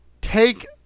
take